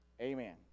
Amen